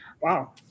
Wow